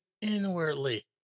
inwardly